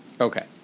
Okay